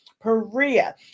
Perea